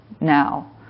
now